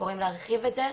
וקוראים להרחיב את זה,